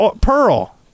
pearl